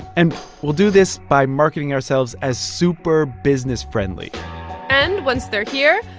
and we'll do this by marketing ourselves as super business-friendly and once they're here,